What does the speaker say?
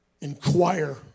Inquire